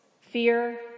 Fear